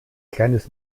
kleines